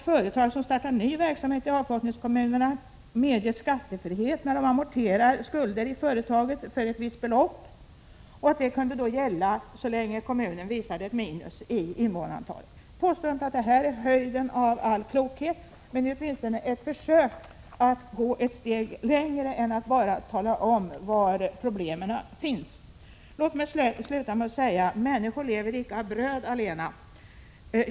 Företag som startar ny verksamhet skulle kunna medges skattefrihet när de amorterar skulder i företaget för ett visst belopp. Detta kunde då gälla så länge kommunen visar ett minus i utvecklingen av invånarantalet. Jag påstår inte att detta är höjden av all klokhet, men det är åtminstone ett försök att gå ett steg längre än att bara tala om var problemen finns. Låt mig sedan säga att människor icke lever av bröd allena.